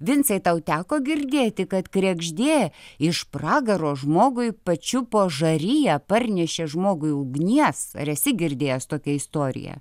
vincai tau teko girdėti kad kregždė iš pragaro žmogui pačiupo žariją parnešė žmogui ugnies ar esi girdėjęs tokią istoriją